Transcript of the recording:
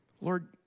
Lord